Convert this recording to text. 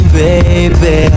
baby